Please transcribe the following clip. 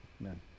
Amen